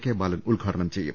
K Balan ഉദ്ഘാടനം ചെയ്യും